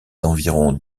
environs